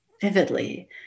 vividly